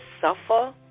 suffer